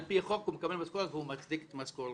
על פי חוק הוא מקבל משכורת והוא מצדיק את משכורתו.